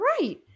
Right